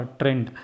trend